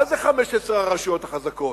מה זה 15 הרשויות החזקות?